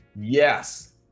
Yes